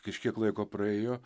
kažkiek laiko praėjo